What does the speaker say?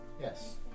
Yes